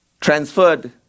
transferred